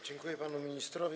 Dziękuję panu ministrowi.